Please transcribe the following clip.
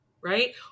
Right